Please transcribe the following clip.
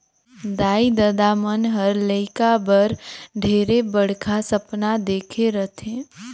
दाई ददा मन हर लेइका बर ढेरे बड़खा सपना देखे रथें